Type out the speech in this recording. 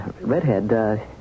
Redhead